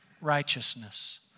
righteousness